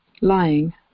lying